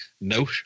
no